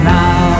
now